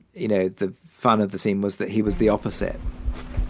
you know, the fun at the scene was that he was the opposite